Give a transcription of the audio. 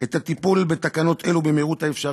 את הטיפול בתקנות אלו במהירות האפשרית.